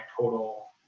total